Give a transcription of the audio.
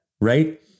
right